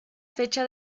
fecha